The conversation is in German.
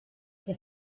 der